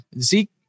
Zeke